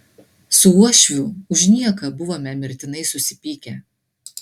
su uošviu už nieką buvome mirtinai susipykę